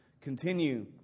continue